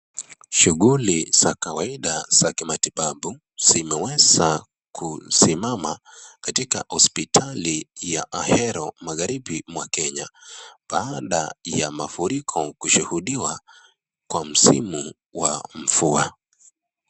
Shughuli za kawaida za kimatibabu, zimeweza kusimama katika hospitali ya Ahero magharibi mwa Kenya baada ya mafuriko kushuhudiwa kwa msimu wa mvua.